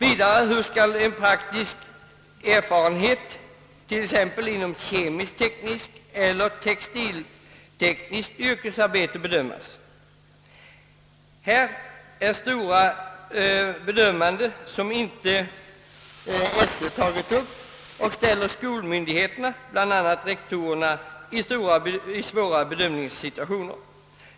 Hur skall praktisk erfarenhet inom t.ex. kemisk-tekniskt och textil-tekniskt yrkesarbete bedömas? Här är svåra bedömningar, som inte skolöverstyrelsen har tagit upp och som. ställer skolmyndigheterna, bl.a. rektorerna, i en svår bedömningssituation.